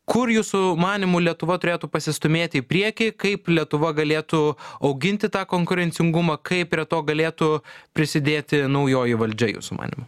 kur jūsų manymu lietuva turėtų pasistūmėti į priekį kaip lietuva galėtų auginti tą konkurencingumą kaip prie to galėtų prisidėti naujoji valdžia jūsų manymu